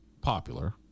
popular